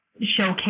showcase